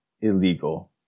illegal